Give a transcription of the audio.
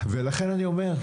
ולכן אני אומר,